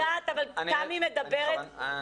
אני יודעת, תמי